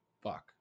Fuck